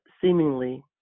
seemingly